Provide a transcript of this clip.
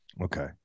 Okay